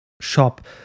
shop